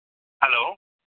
hello